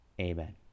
Amen